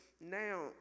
now